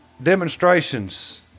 demonstrations